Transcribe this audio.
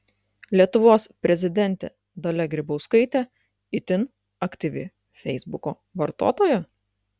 lietuvos prezidentė dalia grybauskaitė itin aktyvi feisbuko vartotoja